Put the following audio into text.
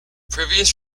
previous